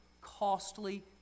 costly